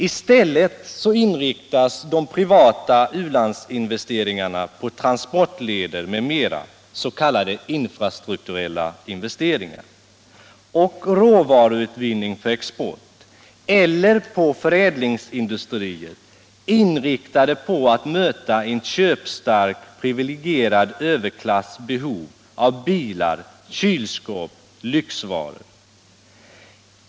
I stället inriktas de privata u-landsinvesteringarna på transportleder m.m., s.k. infrastrukturella investeringar, och råvaruutvinning för export eller på förädlingsindustrier, inriktade på att möta en köpstark privilegierad överklass behov av bilar, kylskåp, lyxvaror.